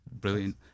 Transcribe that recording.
Brilliant